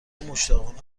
مشتاقانه